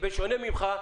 בשונה ממך,